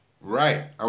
Right